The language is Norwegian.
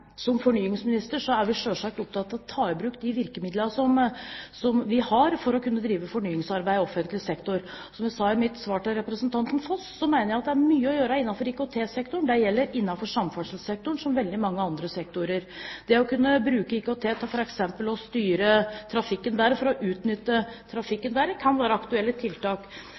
opptatt av å ta i bruk de virkemidlene vi har, for å kunne drive fornyingsarbeid i offentlig sektor. Som jeg sa i mitt svar til representanten Foss, mener jeg at det er mye å gjøre innenfor IKT-sektoren – det gjelder innenfor samferdselssektoren og innenfor veldig mange andre sektorer. Det å kunne bruke IKT til f.eks. å styre trafikken bedre og til å utnytte trafikken bedre, kan være aktuelle tiltak.